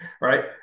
Right